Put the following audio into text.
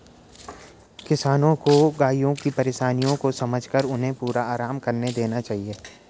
किसानों को गायों की परेशानियों को समझकर उन्हें पूरा आराम करने देना चाहिए